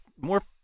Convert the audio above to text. more